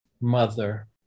mother